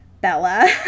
Bella